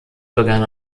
begann